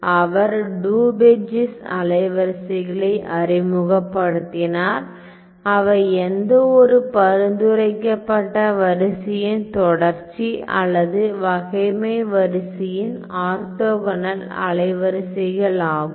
அவர் Daubechies அலைவரிசைகளை அறிமுகப்படுத்தினார் அவை எந்தவொரு பரிந்துரைக்கப்பட்ட வரிசையின் தொடர்ச்சி அல்லது வகைமை வரிசையின் ஆர்த்தோகனல் அலைவரிசைகளாகும்